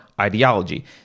ideology